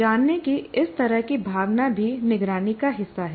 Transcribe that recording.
जानने की इस तरह की भावना भी निगरानी का हिस्सा है